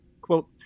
Quote